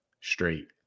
straight